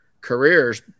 careers